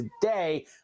today